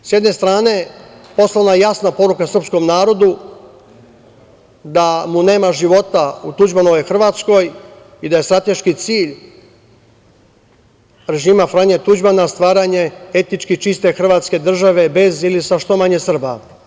S jedne strane, poslata je jasna poruka srpskom narodu da mu nema života u Tuđmanovoj Hrvatskoj i da je strateški cilj režima Franje Tuđmana, stvaranje etnički čiste Hrvatske države, bez ili sa što manje Srba.